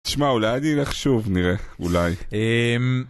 תשמע, אולי אני אלך שוב, נראה. אולי. אהההם...